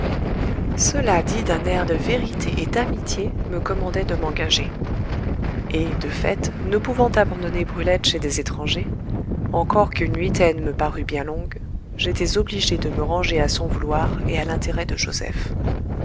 cela dit d'un air de vérité et d'amitié me commandait de m'engager et de fait ne pouvant abandonner brulette chez des étrangers encore qu'une huitaine me parût bien longue j'étais obligé de me ranger à son vouloir et à l'intérêt de joseph